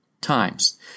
times